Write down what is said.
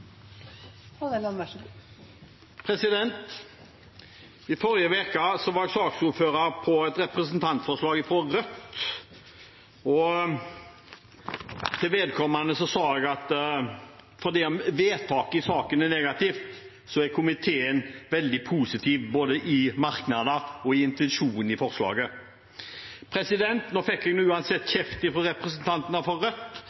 I forrige uke var jeg saksordfører for et representantforslag fra Rødt. Til vedkommende sa jeg at selv om vedtaket i saken er negativt, er komiteen veldig positiv både i merknader og til intensjonen i forslaget. Jeg fikk uansett kjeft fra representanten fra Rødt,